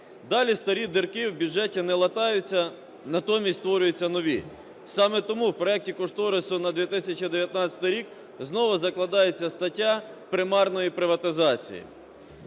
Далі старі дірки в бюджеті не латаються, натомість створюються нові. Саме тому в проекті кошторису на 2019 рік знову закладається стаття примарної приватизації.